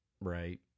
right